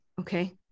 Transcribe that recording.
okay